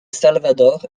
salvador